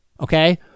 Okay